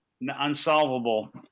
unsolvable